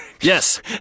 Yes